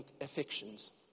affections